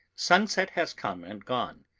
sunset has come and gone.